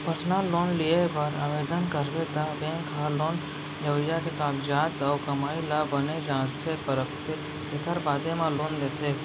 personal loan लिये बर ओवदन करबे त बेंक ह लोन लेवइया के कागजात अउ कमाई ल बने जांचथे परखथे तेकर बादे म लोन देथे